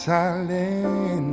Silent